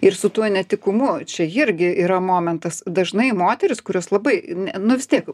ir su tuo netikumu čia irgi yra momentas dažnai moterys kurios labai ne nu vis tiek